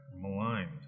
maligned